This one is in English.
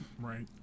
right